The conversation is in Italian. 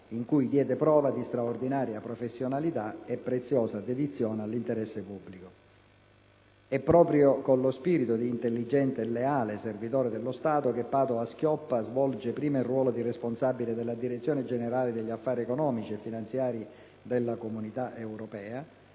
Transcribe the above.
in cui diede prova di straordinaria professionalità e preziosa dedizione all'interesse pubblico. È proprio con lo spirito di intelligente e leale servitore dello Stato che Padoa-Schioppa svolge prima il ruolo di responsabile della direzione generale degli affari economici e finanziari della Comunità europea,